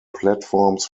platforms